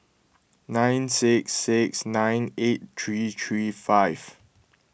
nine six six nine eight three three five